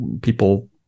people